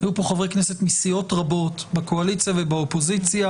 והיו פה חברי כנסת מסיעות רבות בקואליציה ובאופוזיציה